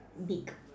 beak